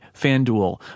FanDuel